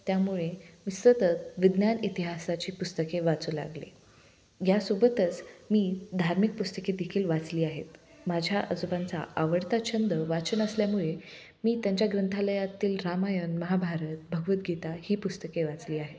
त्यामुळे मी सतत विज्ञान इतिहासाची पुस्तके वाचू लागले यासोबतच मी धार्मिक पुस्तके देखील वाचली आहेत माझ्या आजोबांचा आवडता छंद वाचन असल्यामुळे मी त्यांच्या ग्रंथालयातील रामायण महाभारत भगवद गीता ही पुस्तके वाचली आहे